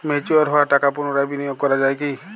Mature হওয়া টাকা পুনরায় বিনিয়োগ করা য়ায় কি?